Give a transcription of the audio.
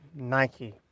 Nike